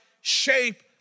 shape